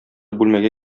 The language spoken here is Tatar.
бүлмәгә